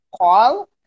call